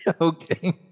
Okay